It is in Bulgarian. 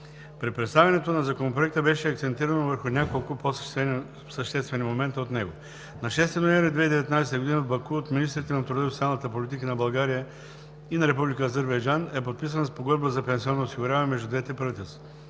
При представянето на Законопроекта беше акцентирано върху няколко по-съществени момента от него. На 6 ноември 2019 г. в Баку от министрите на труда и социалната политика на Република България и на Република Азербайджан е подписана Спогодба за пенсионно осигуряване между двете правителства.